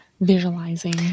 Visualizing